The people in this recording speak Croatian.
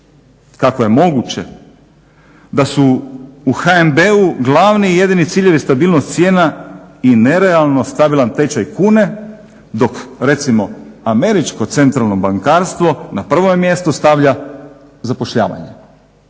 Kako je moguće da su u HNB-u glavni i jedini ciljevi stabilnost cijena i nerealno stabilan tečaj kune dok recimo američko centralno bankarstvo na prvo mjesto stavlja zapošljavanje?